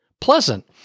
pleasant